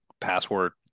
password